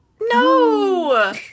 No